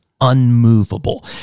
unmovable